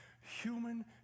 human